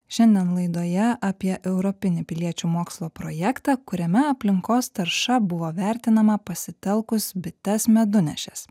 šiandien laidoje apie europinį piliečių mokslo projektą kuriame aplinkos tarša buvo vertinama pasitelkus bites medunešes